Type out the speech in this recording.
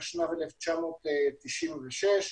התשנ"ו-1996.